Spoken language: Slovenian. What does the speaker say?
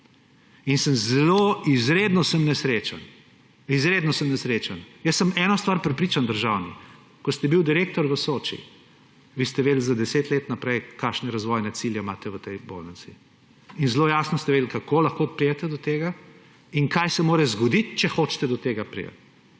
nesrečen, izredno sem nesrečen. Jaz sem v eno stvar prepričan, državni sekretar, ko ste bili direktor v Soči, vi ste vedeli za 10 let naprej, kakšne razvojne cilje imate v tej bolnici, in zelo jasno ste vedeli, kako lahko pridete do tega in kaj se mora zgoditi, če hočete do tega priti.